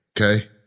Okay